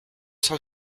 cent